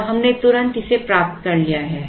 और हमने तुरंत इसे प्राप्त कर लिया है